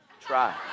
try